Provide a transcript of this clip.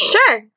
Sure